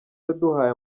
yaduhaye